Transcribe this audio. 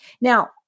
Now